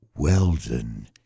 Weldon